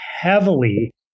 heavily